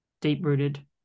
deep-rooted